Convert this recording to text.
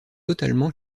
totalement